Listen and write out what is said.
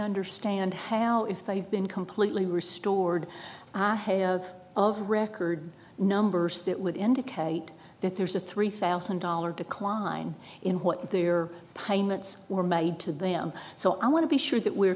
understand how if they've been completely restored of record numbers that would indicate that there's a three thousand dollars decline in what their payments were made to them so i want to be sure that we're